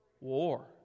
War